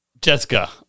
Jessica